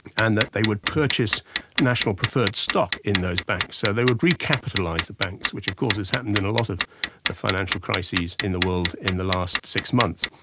and that they would purchase national preferred stock in those banks, so they would re-capitalise the banks, which of course has happened in a lot of the financial crises in the world in the last six months.